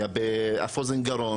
קצת על השבץ מוחי, אני חוזר אחורה.